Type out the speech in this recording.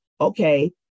okay